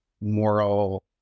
moral